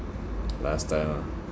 last time lah